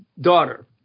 daughter